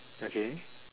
okay